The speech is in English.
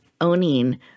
owning